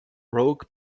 rouge